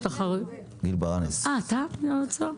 גיל ברנס ממשרד האוצר דיבר.